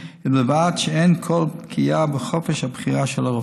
ובלבד שאין כל פגיעה בחופש הבחירה של הרופא.